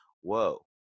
whoa